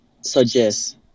suggest